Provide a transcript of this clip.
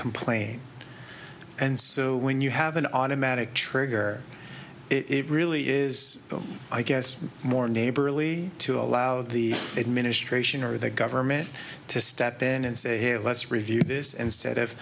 complain and so when you have an automatic trigger it really is i guess more neighborly to allow the administration or the government to step in and say hey let's review this instead of